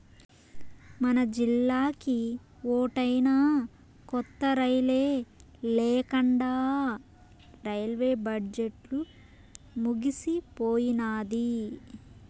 మనజిల్లాకి ఓటైనా కొత్త రైలే లేకండా రైల్వే బడ్జెట్లు ముగిసిపోయినాది